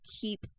keep